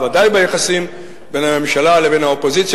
או ודאי ביחסים בין הממשלה לבין האופוזיציה,